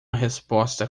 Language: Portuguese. resposta